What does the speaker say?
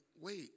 wait